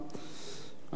בבקשה, אדוני,